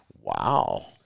Wow